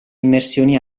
immersioni